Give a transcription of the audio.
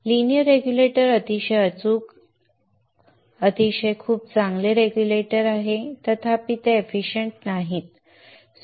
linear regulator अतिशय अचूक खूप चांगले रेग्युलेटर आहेत तथापि ते एफिशियंट नाहीत